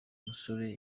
musore